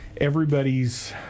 everybody's